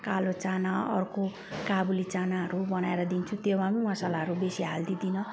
कालो चाना अर्को काबुली चानाहरू बनाएर दिन्छु त्यसमा पनि मसलाहरू बेसी हालिदिँदिनँ